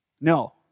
No